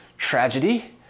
Tragedy